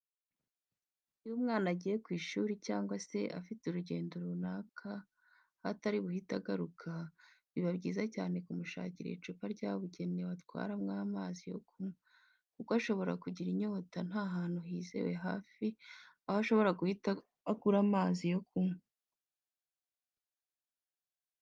Iyo umwana agiye ku ishuri cyangwa se afite urugendo runaka aho atari buhite ko agaruka, biba byiza cyane kumushakira icupa ryabugenewe atwaramo amazi yo kunywa, kuko ashobora kugira inyota nta hantu hizewe hafi aho ushobora guhita ugura amazi yo kunywa.